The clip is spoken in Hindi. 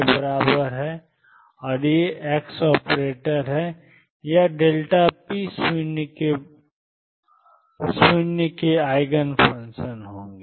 और ये x ऑपरेटर या p0 के आइगन फ़ंक्शन होंगे